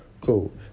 Cool